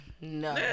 No